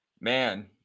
Man